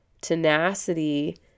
tenacity